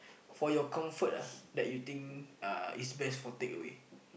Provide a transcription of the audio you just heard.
for your comfort that is best for takeaway